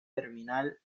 terminal